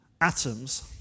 atoms